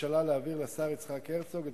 הממשלה להעביר לשר יצחק הרצוג את